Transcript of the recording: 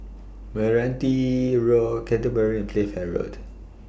Meranti Road Canterbury and Playfair Road